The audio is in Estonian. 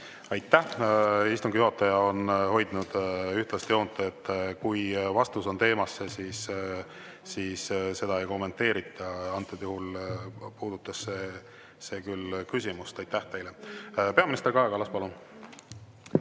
Aitäh! Istungi juhataja on hoidnud ühtlast joont. Kui vastus on teemasse, siis seda ei kommenteerita. Antud juhul puudutas see küll küsimust. Aitäh teile! Peaminister Kaja Kallas, palun!